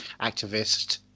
activist